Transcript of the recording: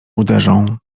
uderzą